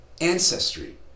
ancestry